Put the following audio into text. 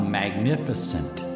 magnificent